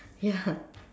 ya